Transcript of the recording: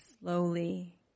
slowly